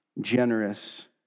generous